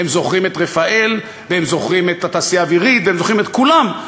הם זוכרים את רפא"ל והם זוכרים את התעשייה האווירית והם זוכרים את כולם,